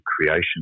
creation